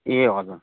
ए हजुर